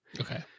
Okay